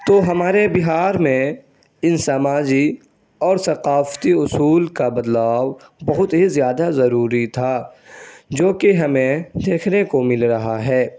تو ہمارے بہار میں ان سماجی اور ثقافتی اصول کا بدلاؤ بہت ہی زیادہ ضروری تھا جو کہ ہمیں دیکھنے کو مل رہا ہے